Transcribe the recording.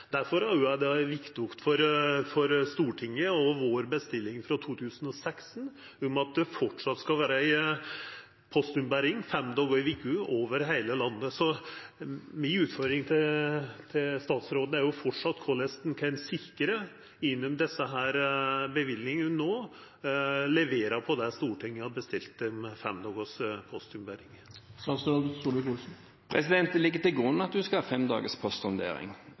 Stortinget si bestilling frå 2016 om at det framleis skal vera postombering fem dagar i veka over heile landet, viktig. Så mi utfordring til statsråden er framleis korleis ein kan sikra innanfor desse løyvingane no å levera på det Stortinget har bestilt når det gjeld fem dagars postombering. Det ligger til grunn at en skal ha fem